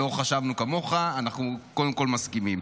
לא חשבנו כמוך, אנחנו קודם כול מסכימים.